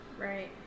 right